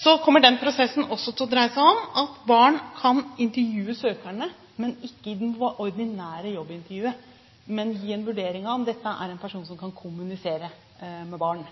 Så kommer den prosessen også til å dreie seg om at barn kan intervjue søkerne, men ikke i det ordinære jobbintervjuet. Men de kan gi en vurdering av om dette er en person som kan kommunisere med barn.